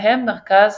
בהם מרכז